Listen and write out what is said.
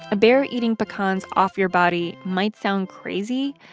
a bear eating pecans off your body might sound crazy,